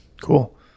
cool